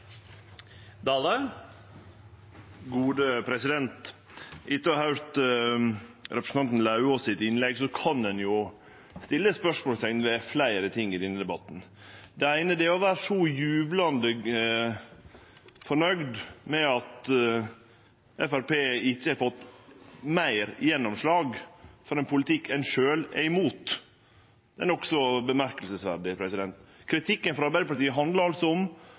da skal man, eventuelt, betale for det oppe i Finnmark, for trikk i Oslo. Er det slik? Etter å ha høyrt innlegget til representanten Lauvås kan ein stille spørsmålsteikn ved fleire ting i denne debatten. Den eine er det å vere så jublande fornøgd med at Framstegspartiet ikkje har fått meir gjennomslag for ein politikk ein sjølv er imot – det er nokså merkverdig. Kritikken frå Arbeidarpartiet handlar altså